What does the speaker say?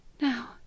Now